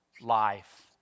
life